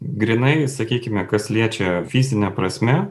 grynai sakykime kas liečia fizine prasme